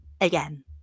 again